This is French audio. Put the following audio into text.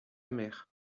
mère